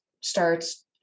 starts